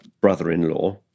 brother-in-law